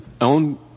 own